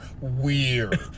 weird